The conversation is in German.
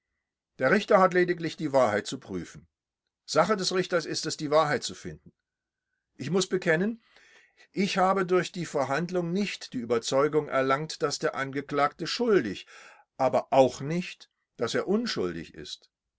der richter hat lediglich die wahrheit zu prüfen sache des richters ist es die wahrheit zu finden ich muß bekennen ich habe durch die verhandlung nicht die überzeugung erlangt daß der angeklagte schuldig aber auch nicht daß er unschuldig ist